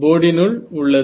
போர்டினுள் உள்ளது